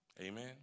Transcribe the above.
amen